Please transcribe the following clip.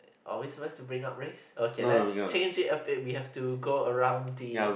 are we suppose to bring up race okay let's change it okay we have to go around the